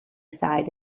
side